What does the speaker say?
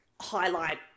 highlight